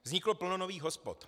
Vzniklo plno nových hospod.